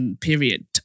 Period